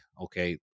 okay